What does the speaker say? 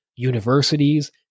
universities